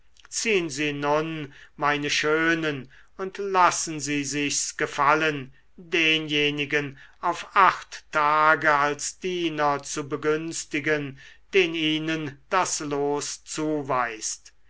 sie nun meine schönen und lassen sie sich's gefallen denjenigen auf acht tage als diener zu begünstigen den ihnen das los